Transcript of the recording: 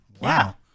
Wow